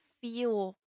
feel